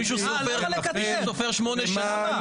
מישהו סופר שמונה שעות.